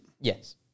Yes